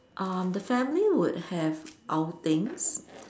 um the family would have outings